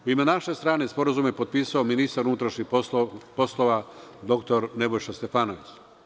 U ime naše strane sporazume je potpisao ministar unutrašnjih poslova dr Nebojša Stefanović.